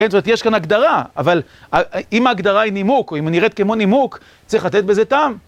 כן? זאת אומרת, יש כאן הגדרה, אבל אם ההגדרה היא נימוק, או אם היא נראית כמו נימוק, צריך לתת בזה טעם.